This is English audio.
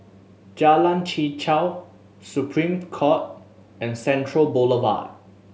Jalan Chichau Supreme Court and Central Boulevard